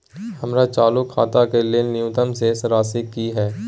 हमर चालू खाता के लेल न्यूनतम शेष राशि की हय?